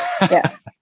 Yes